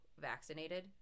vaccinated